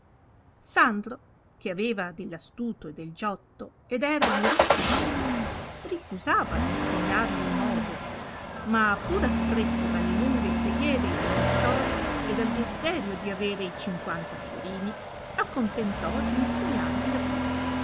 sandro che aveva dell'astuto e del giotto ed era di rosso pelo ricusava insegnarli il modo ma pur astretto dalle lunghe preghiere di castorio e dal desiderio di avere i cinquanta fiorini accontentò d insegnargli la via